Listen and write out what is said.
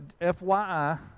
FYI